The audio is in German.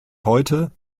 heute